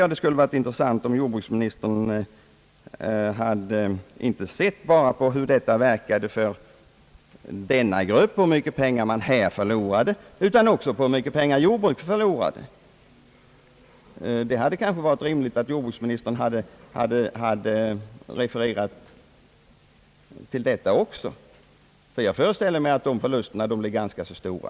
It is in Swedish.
Det hade vidare varit intressant om jordbruksministern inte bara hade sett till hur prisförändringarna verkade för denna grupp och hur mycket pengar den förlorade, utan också till hur mycket jordbruket förlorade. Det hade kanske varit rimligt om jordbruksministern också hade beaktat detta. Jag föreställer mig att de förlusterna är ganska stora.